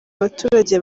abaturage